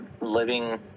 living